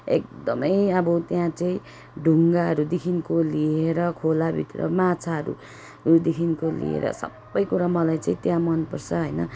एकदमै अब त्यहाँ चाहिँ ढुङ्गाहरूदेखिको लिएर खोलाभित्र माछाहरूदेखिको लिएर सबै कुरा मलाई चाहिँ त्यहाँ मनपर्छ होइन